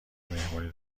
مهمونی